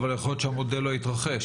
אבל יכול להיות שהמודל לא יתרחש.